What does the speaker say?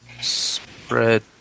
Spread